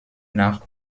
nach